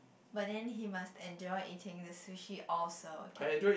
but then he must enjoy eating the sushi also can